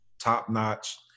top-notch